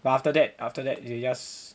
but after that after that you just